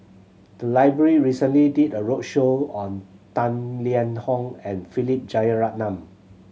the library recently did a roadshow on Tang Liang Hong and Philip Jeyaretnam